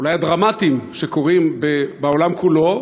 אולי הדרמטיים שקורים בעולם כולו,